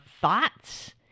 thoughts